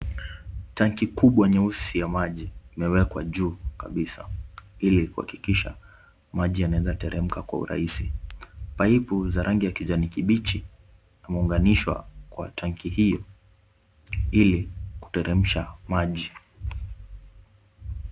Tanki kubwa nyeusi ya maji imewekwa juu kabisa ili kuhakikisha maji yanawezateremka kwa urahisi. Paipu za rangi ya kijani kibichi yameunganishwa kwa tanki hiyo ili kuteremsha maji.